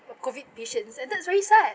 COVID patients and that's very sad